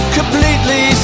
Completely